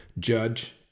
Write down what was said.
judge